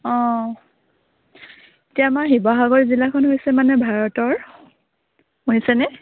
অঁ এতিয়া আমাৰ শিৱসাগৰ জিলাখন হৈছে মানে ভাৰতৰ শুনিছেনে